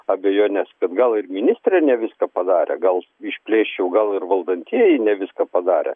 abejones kad gal ir ministrė ne viską padarė gal išplėsčiau gal ir valdantieji ne viską padarė